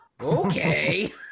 Okay